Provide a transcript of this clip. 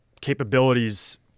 capabilities